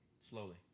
slowly